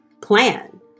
plan